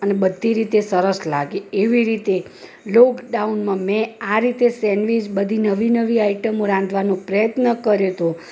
અને બધી રીતે સરસ લાગે એવી રીતે લોકડાઉનમાં મેં આ રીતે સેન્ડવિચ બધી નવી નવી આઈટમો રાંધવાનો પ્રયત્ન કર્યો હતો